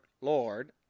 Lord